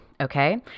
okay